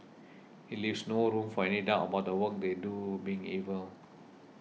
it leaves no room for any doubt about the work they do being evil